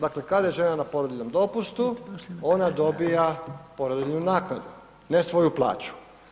Dakle, kada je žena na porodiljnom dopustu, ona dobiva porodiljnu naknadu, ne svoju plaću.